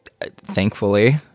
thankfully